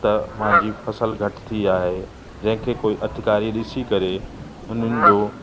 त मुहिंजी फसल घटि थी आहे जंहिंखे कोई अधिकारी ॾिसी करे उन्हनि जो